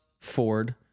Ford